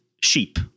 sheep